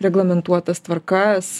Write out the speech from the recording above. reglamentuotas tvarkas